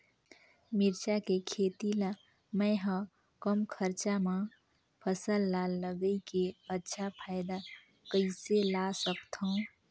मिरचा के खेती ला मै ह कम खरचा मा फसल ला लगई के अच्छा फायदा कइसे ला सकथव?